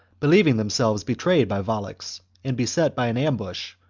believing themselves betrayed by volux and beset by an ambush,